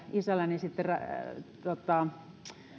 isäni sitten